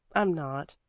i'm not.